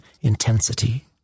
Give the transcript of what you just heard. intensity